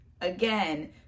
again